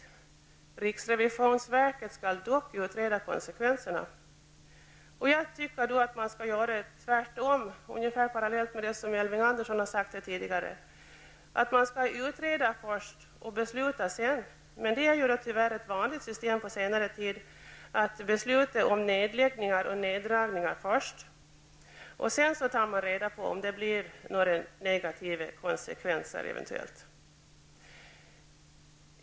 Riksrevisionsverket skall dock utreda konsekvenserna. Jag tycker att man skall göra tvärtom, ungefär som Elving Andersson har sagt tidigare, utreda först och besluta sedan. Men det är ju ett vanligt system på senare tid att besluta om nedläggningar och neddragningar först, och sedan tar man reda på om det eventuellt blir några negativa konsekvenser.